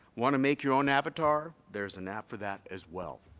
want to make your own avatar? there's an app for that as well.